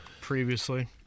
previously